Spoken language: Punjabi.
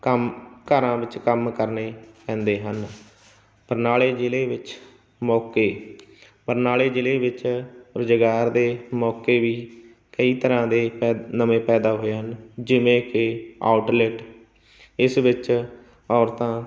ਕੰਮ ਘਰਾਂ ਵਿੱਚ ਕੰਮ ਕਰਨੇ ਪੈਂਦੇ ਹਨ ਬਰਨਾਲੇ ਜ਼ਿਲ੍ਹੇ ਵਿੱਚ ਮੌਕੇ ਬਰਨਾਲੇ ਜ਼ਿਲ੍ਹੇ ਵਿੱਚ ਰੁਜ਼ਗਾਰ ਦੇ ਮੌਕੇ ਵੀ ਕਈ ਤਰ੍ਹਾਂ ਦੇ ਪੈ ਨਵੇਂ ਪੈਦਾ ਹੋਏ ਹਨ ਜਿਵੇਂ ਕਿ ਆਊਟਲੈਟ ਇਸ ਵਿੱਚ ਔਰਤਾਂ